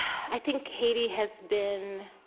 i think haiti has been